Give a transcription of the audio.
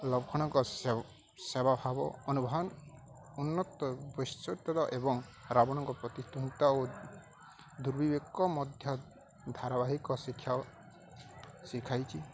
ଲକ୍ଷଣଙ୍କ ସେବା ଭାବ ଅନୁଭାନ ଉନ୍ନତ ବୈଶ୍ୟ ତଥା ଏବଂ ରାବଣଙ୍କ ଓ ଦୁର୍ବିବେକ ମଧ୍ୟ ଧାରାବାହିକ ଶିକ୍ଷା ଶିଖାଇଛି